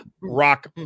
rock